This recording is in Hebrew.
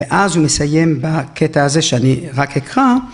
‫ואז הוא מסיים בקטע הזה ‫שאני רק אקרא.